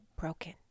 broken